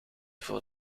voor